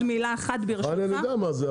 אני יודע מה זה,